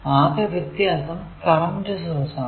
ആകെ വ്യത്യാസം current source ആണ്